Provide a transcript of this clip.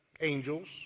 angels